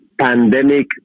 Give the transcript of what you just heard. Pandemic